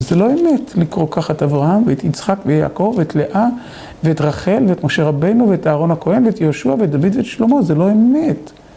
זה לא אמת לקרוא ככה את אברהם, ואת יצחק, ויעקב, ואת לאה ואת רחל, ואת משה רבנו, ואת אהרון הכהן, ואת יהושע, ואת דוד ושלמה, זה לא אמת.